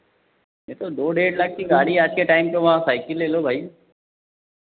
ये तो दो डेढ़ लाख की गाड़ी आती है टाइम पे वहां साइकिल ले लो भाई